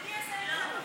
אני אעשה איתכם עבודה,